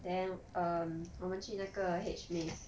then um 我们去那个 H maze